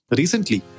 recently